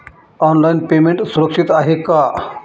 Online payment सुरक्षित आहे का?